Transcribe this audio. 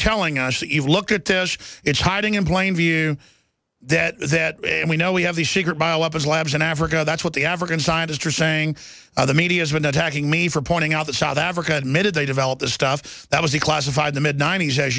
telling us to even look at this it's hiding in plain view that that we know we have these secret bio weapons labs in africa that's what the african scientists are saying the media has been attacking me for pointing out that south africa admitted they develop the stuff that was the classified the mid ninety's as